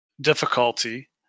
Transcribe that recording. difficulty